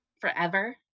forever